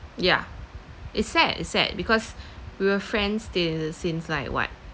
yeah it's sad it's sad because we were friends till since like what